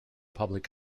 public